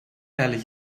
ehrlich